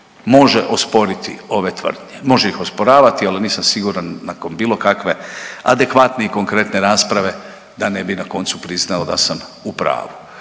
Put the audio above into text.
može osporiti ove tvrdnje, može ih osporavati, ali nisam siguran nakon bilo kakve adekvatne i konkretne rasprave da ne bi na koncu priznao da sam u pravu.